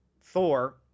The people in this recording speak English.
Thor